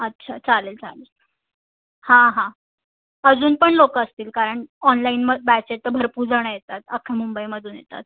अच्छा चालेल चालेल हां हां अजून पण लोकं असतील कारण ऑनलाईन मग बॅचेस तर भरपूर जणं येतात अख्ख्या मुंबईमधून येतात